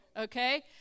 Okay